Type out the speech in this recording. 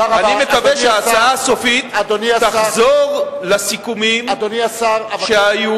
אני מקווה שההצעה הסופית תחזור לסיכומים שהיו